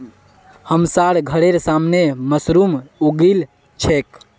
हमसार घरेर सामने मशरूम उगील छेक